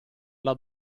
alla